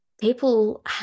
people